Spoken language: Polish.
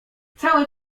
całe